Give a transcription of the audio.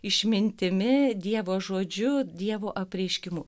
išmintimi dievo žodžiu dievo apreiškimu